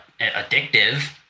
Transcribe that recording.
addictive